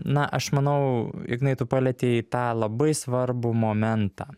na aš manau ignai tu palietei tą labai svarbų momentą